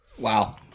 Wow